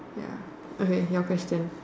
ya okay your question